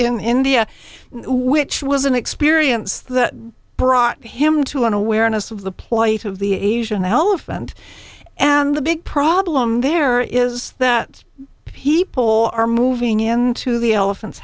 in india which was an experience that brought him to an awareness of the plight of the asian elephant and the big problem there is that people are moving into the elephants